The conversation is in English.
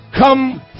Come